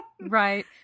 Right